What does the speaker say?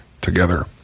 together